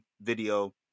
video